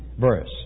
verse